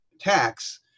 tax